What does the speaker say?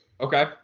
Okay